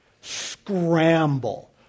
scramble